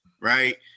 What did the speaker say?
right